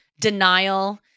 denial